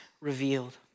revealed